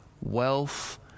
wealth